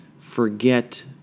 forget